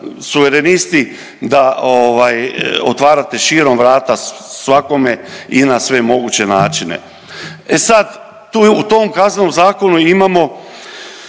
Suverenisti da otvarate širom vrata svakome i na sve moguće načine. E sad, tu u tom Kaznenom zakonu imamo